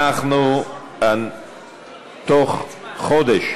בתוך חודש